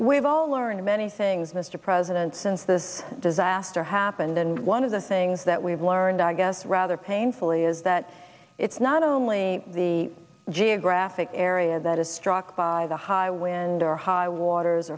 we've all learned many things mr president since this disaster happened and one of the things that we've learned i guess rather painfully is that it's not only the geographic area that is struck by the high wind or high waters